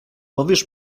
powiesz